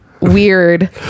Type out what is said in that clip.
weird